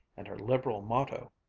and her liberal motto,